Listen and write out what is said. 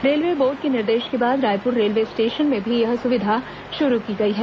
railway board के निर्देश के बाद रायपुर रेलवे स्टेशन में भी यह सुविधा शुरू की गई है